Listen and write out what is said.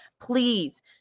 Please